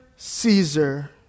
Caesar